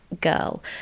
girl